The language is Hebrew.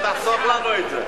היא תחסוך לנו את זה.